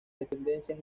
dependencias